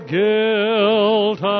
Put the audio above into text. guilt